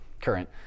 Current